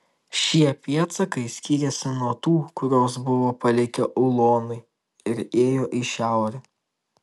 šie pėdsakai skyrėsi nuo tų kuriuos buvo palikę ulonai ir ėjo į šiaurę